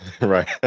Right